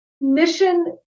mission